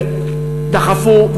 דחפו,